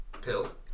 Pills